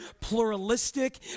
pluralistic